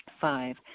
Five